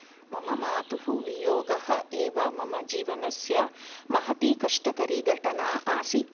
मम मातुः वियोगः एव मम जीवनस्य महती कष्टकरी घटना आसीत्